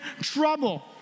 trouble